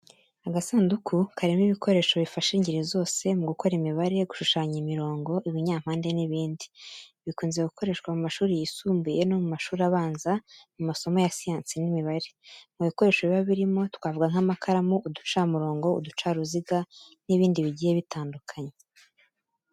Agasanduku karimo ibikoresho bifasha ingeri zose mu gukora imibare, gushushanya imirongo, ibinyampande n’ibindi. Bikunze gukoreshwa mu mashuri yisumbuye no mu mashuri abanza mu masomo ya siyansi n'imibare. Mu bikoresho biba birimo twavuga nk’amakaramu, uducamurongo, uducaruziga n’ibindi bigiye bitandukanye.